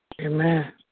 Amen